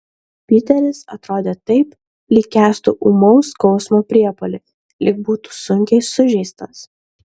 piteris atrodė taip lyg kęstų ūmaus skausmo priepuolį lyg būtų sunkiai sužeistas